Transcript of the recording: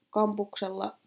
kampuksella